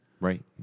Right